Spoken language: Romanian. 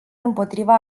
împotriva